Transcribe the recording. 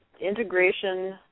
integration